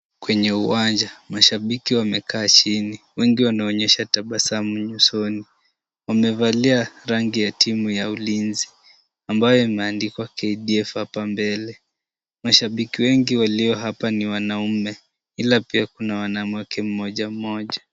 Kwenye uwanja mashabiki wamekaa chini. Wengi wanaonyesha tabasamu nyusoni. Wamevalia rangi ya timu ya Ulinzi ambayo imeandikwa KDF hapa mbele. Mashabiki wengi walio hapa ni wanaume ila pia kuna wanawake mmoja mmoja.